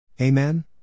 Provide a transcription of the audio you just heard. Amen